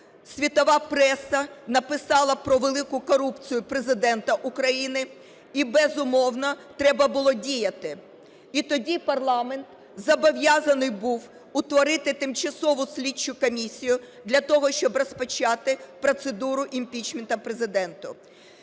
Світова преса написала про велику корупцію Президента України, і, безумовно, треба було діяти. І тоді парламент зобов'язаний був утворити тимчасову слідчу комісію для того, щоб розпочати процедуру імпічменту Президенту.